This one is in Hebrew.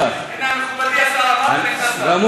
הנה, מכובדי השר אמרת, נכנס שר.